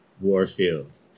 Warfield